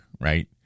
right